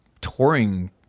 touring